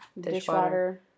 dishwater